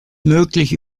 möglich